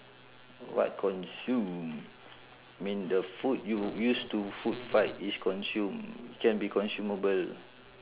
what consume mean the food you use to food fight is consume can be consumable